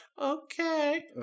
Okay